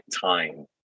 time